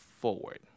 forward